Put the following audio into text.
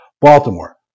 Baltimore